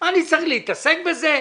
אני צריך להתעסק בזה?